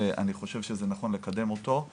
ואני חושב שזה נכון לקדם אותו ולתת מענה להכל.